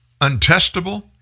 untestable